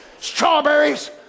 strawberries